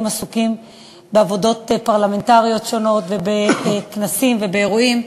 עסוקים בעבודות פרלמנטריות שונות ובכנסים ובאירועים,